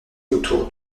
autour